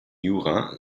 jura